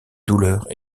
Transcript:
douleurs